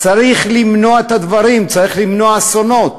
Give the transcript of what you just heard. צריך למנוע את הדברים, צריך למנוע אסונות.